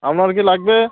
আপনার কি লাগবে